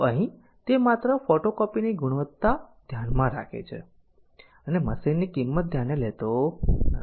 તો અહીં તે માત્ર ફોટોકોપી ની ગુણવત્તા ધ્યાન માં રાખે છે અને મશીન ની કિમ્મત ધ્યાને લેતો નથી